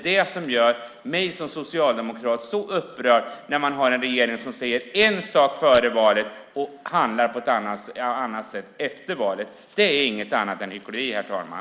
Det som gör mig som socialdemokrat så upprörd är att vi har en regering som säger en sak före valet och handlar på ett annat sätt efter valet. Detta är inget annat än hyckleri, herr talman.